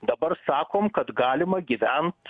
dabar sakom kad galima gyvent